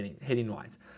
hitting-wise